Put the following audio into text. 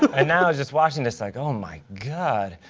and now i was just watching this like, oh, my god.